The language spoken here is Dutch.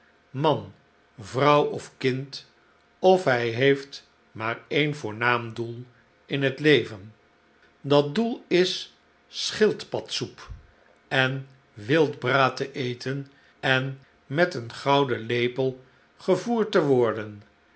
man vrouw of kind of hij heeftmaar en voornaam doel in het leven dat doel is schildpadsoep en wildbraad te eten en met een gouden lepel ge voerd te worden